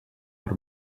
per